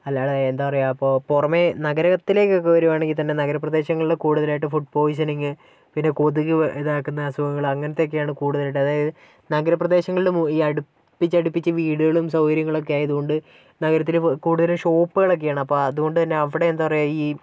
അല്ലാതെ എന്താ പറയുക ഇപ്പോൾ പുറമേ നഗരത്തിലേക്കൊക്കെ വരികയാണെങ്കിൽ നഗരപ്രദേശങ്ങളിൽ കൂടുതലായിട്ട് ഫുഡ് പോയിസനിങ് പിന്നെ കൊതുക് ഇതാക്കുന്ന അസുഖങ്ങൾ അങ്ങനത്തെയൊക്കെയാണ് കൂടുതലായിട്ട് അതായത് നഗരപ്രദേശങ്ങളിലെ ഈ അടുപ്പിച്ചടുപ്പിച്ച് വീടുകളും സൗകര്യങ്ങളും ഒക്കെ ആയതുകൊണ്ട് നഗരത്തിലെ കൂടുതലും ഷോപ്പുകൾ ഒക്കെയാണ് അപ്പൊൾ അതുകൊണ്ടുതന്നെ അവിടെ എന്താ പറയുക ഈ